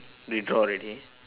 withdraw already